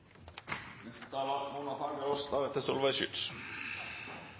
Neste taler er